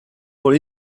for